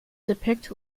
depict